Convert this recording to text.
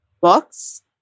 books